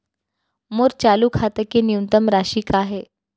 मोर चालू खाता के न्यूनतम राशि का हे?